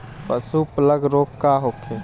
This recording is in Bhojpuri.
पशु प्लग रोग का होखे?